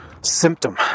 symptom